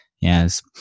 Yes